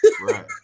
Right